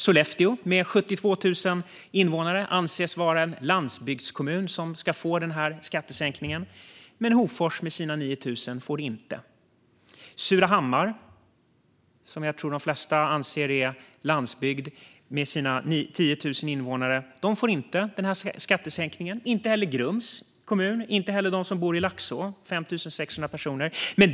Skellefteå med 72 000 invånare anses vara en landsbygdskommun som ska få den här skattesänkningen, men Hofors med sina 9 000 invånare får det inte. Surahammar, som jag tror de flesta anser är landsbygd med sina 10 000 invånare, får inte den här skattesänkningen. Grums kommun får det inte och inte heller de 5 600 personer som bor i Laxå.